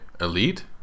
elite